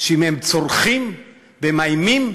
שאם הם צורחים ומאיימים,